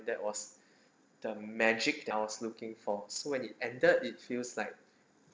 that was the magic that I was looking for so when it ended it feels like